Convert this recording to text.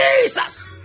Jesus